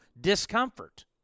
discomfort